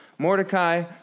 Mordecai